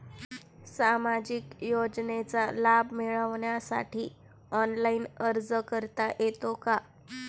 सामाजिक योजनांचा लाभ मिळवण्यासाठी ऑनलाइन अर्ज करता येतो का?